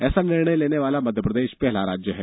ऐसा निर्णय लेने वाला मध्यप्रदेश पहला राज्य है